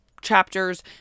chapters